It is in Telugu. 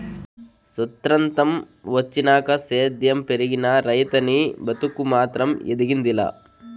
సొత్రంతం వచ్చినాక సేద్యం పెరిగినా, రైతనీ బతుకు మాత్రం ఎదిగింది లా